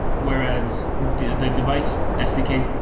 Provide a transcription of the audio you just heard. whereas the the device sdks,